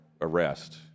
Arrest